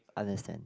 understand